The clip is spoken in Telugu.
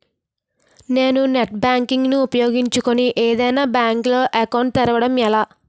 నేను నెట్ బ్యాంకింగ్ ను ఉపయోగించుకుని ఏదైనా బ్యాంక్ లో అకౌంట్ తెరవడం ఎలా?